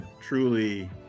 truly